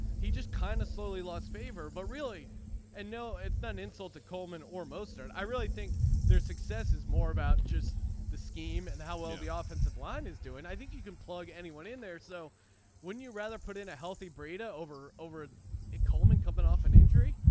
he just kind of slowly lost favor but really i and no it's an insult to coleman or mozart. i really think their success is more about just the scheme and how well the offensive line is doing. i think you can plug anyone in there so wouldn't you rather put in a healthy brita over over a coleman coming off an injury.